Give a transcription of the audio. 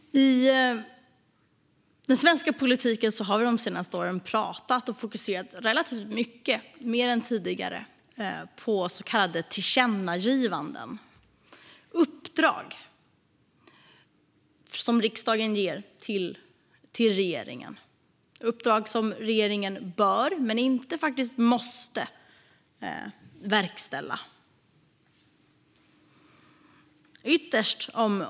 I den svenska politiken har vi de senaste åren talat och mer än tidigare relativt mycket fokuserat på så kallade tillkännagivanden. Det är uppdrag som riksdagen ger till regeringen som regeringen bör men faktiskt inte måste verkställa.